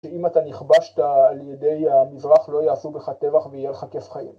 ‫שאם אתה נכבשת לידי המזרח, ‫לא יעשו בך טבח ויהיה לך כיף חיים.